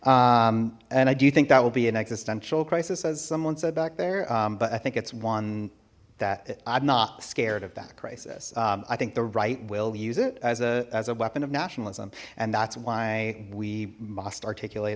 and i do you think that will be an existential crisis as someone said back there but i think it's one that i'm not scared of that crisis i think the right will use it as a as a weapon of nationalism and that's why we must articulate